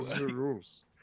rules